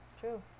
true